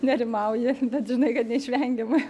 nerimauji bet žinai kad neišvengiama